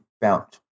bounce